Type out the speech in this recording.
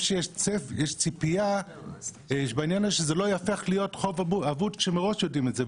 שיש ציפייה שזה לא ייהפך להיות חוב אבוד שמראש יודעים את זה.